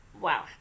wow